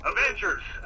Avengers